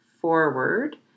forward